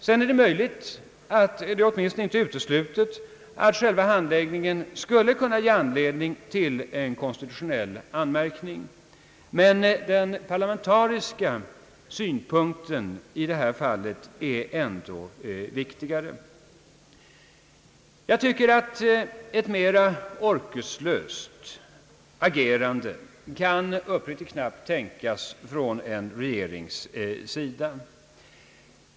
Sedan är det möjligt, det är åtminstone inte uteslutet, att själva handläggningen skulle kunna ge anledning till en konstitutionell anmärkning, men den parlamentariska synpunkten är i detia fall ändå viktigare. Jag tycker uppriktigt sagt att ett mera orkeslöst agerande knappt kan tänkas från en regerings sida.